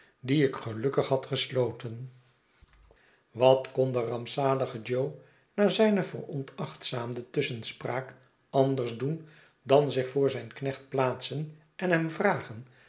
die ik gelukkig had gesloten wat kon de rampzalige jo na zijne veronachtzaamde tusschenspraak anders doen dan zich voor zijn knecht plaatsen en hem vragen